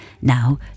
Now